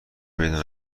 پیدا